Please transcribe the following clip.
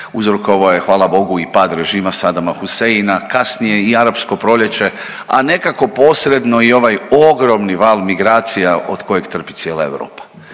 uzrokovao je hvala Bogu i pad režima Sadama Huseina, kasnije i arapsko proljeće, a nekako posredno i ovaj ogromni val migracija od kojeg trpi cijela Europa.